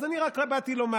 יש עוד שניים